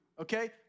okay